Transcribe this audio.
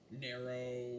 narrow